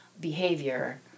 behavior